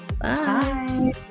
Bye